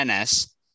ns